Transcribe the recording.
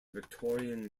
victorian